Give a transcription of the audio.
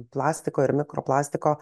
plastiko ir mikroplastiko